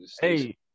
hey